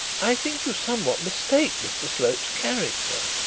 i think you somewhat mistake mr slope's character